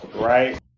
right